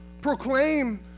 Proclaim